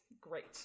great